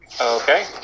Okay